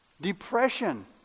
Depression